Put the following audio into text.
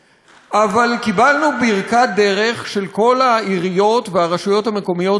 אבל קיבלנו ברכת דרך של כל העיריות והרשויות המקומיות סביב המפרץ,